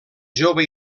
jove